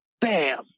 Bam